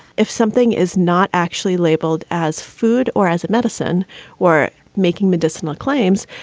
if something is not actually labeled as food or as a medicine were making medicinal claims,